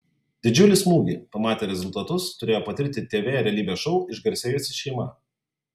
didžiulį smūgį pamatę rezultatus turėjo patirti tv realybės šou išgarsėjusi šeima